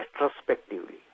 retrospectively